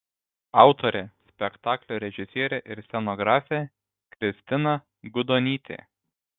autorė spektaklio režisierė ir scenografė kristina gudonytė